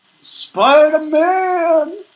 Spider-Man